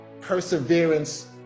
perseverance